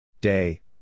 Day